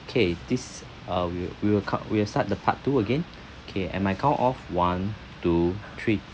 okay this uh we'll we'll cut we'll start the part two again okay at my count of one two three